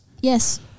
Yes